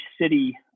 City